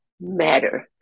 matter